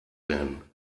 werden